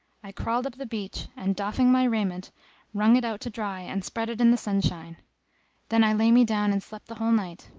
i crawled up the beach and doffing my raiment wrung it out to dry and spread it in the sunshine then i lay me down and slept the whole night.